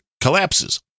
collapses